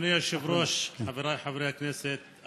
אדוני היושב-ראש, חבריי חברי הכנסת,